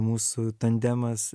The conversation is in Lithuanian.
mūsų tandemas